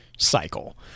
cycle